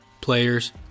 players